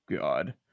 God